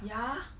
ya